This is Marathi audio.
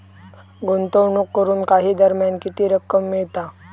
गुंतवणूक करून काही दरम्यान किती रक्कम मिळता?